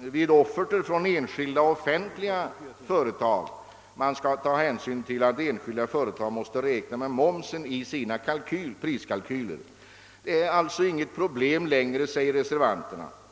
vid offerter från enskilda och offentliga företag skall ta hänsyn till att enskilda företag måste räkna med momsen i sina priskalkyler. Detta är alltså inget problem, skriver reservanterna.